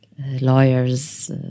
lawyers